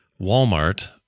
Walmart